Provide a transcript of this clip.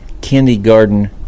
kindergarten